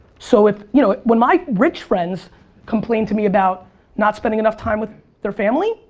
so if, you know when my rich friends complain to me about not spending enough time with their family,